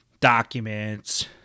documents